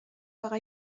فقط